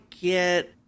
get